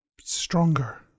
stronger